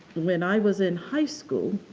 when i was in high school,